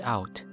Out